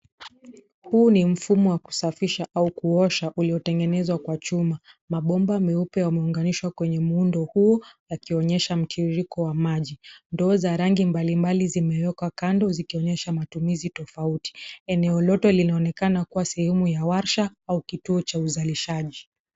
Huu ni mfumo wa kusafisha au kuosha uliotengenezwa kwa chuma. Mabomba meupe yameunganishwa kwenye muundo huu yakionyesha mtiririko wa maji. Ndoo za rangi mbalimbali zimewekwa kando zikionyesha matumizi tofauti. Eneo lote linaonekana kuwa sehemu ya washa au kituo cha uzalishaji.